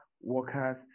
workers